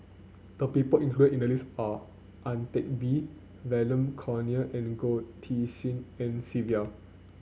the people included in the list are Ang Teck Bee Vernon Corneliu and Goh Tshin En Sylvia